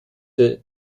des